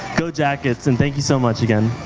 go jackets and thank you so much again.